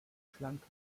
schlanke